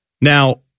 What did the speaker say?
Now